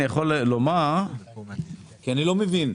לא מבין.